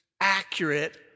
accurate